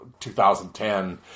2010 –